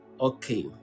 Okay